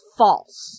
false